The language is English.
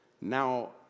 Now